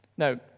Now